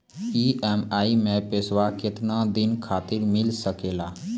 EMI मैं पैसवा केतना दिन खातिर मिल सके ला?